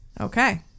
Okay